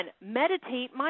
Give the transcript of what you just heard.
meditate